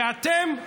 ואתם?